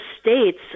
states